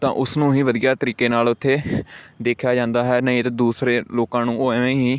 ਤਾਂ ਉਸ ਨੂੰ ਹੀ ਵਧੀਆ ਤਰੀਕੇ ਨਾਲ ਉੱਥੇ ਦੇਖਿਆ ਜਾਂਦਾ ਹੈ ਨਹੀਂ ਤਾਂ ਦੂਸਰੇ ਲੋਕਾਂ ਨੂੰ ਉਹ ਏਵੇਂ ਹੀ